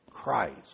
Christ